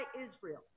Israel